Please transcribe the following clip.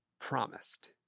promised